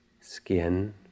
skin